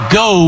go